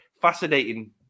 fascinating